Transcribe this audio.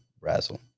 Razzle